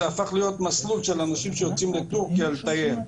זה הפך להיות מסלול של אנשים שיוצאים לטורקיה לטייל,